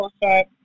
bullshit